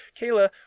Kayla